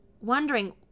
wondering